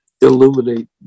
illuminate